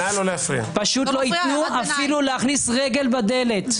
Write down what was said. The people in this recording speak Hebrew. פשוט לא יתנו לנו אפילו להכניס רגל בדלת.